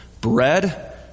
Bread